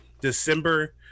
December